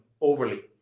overly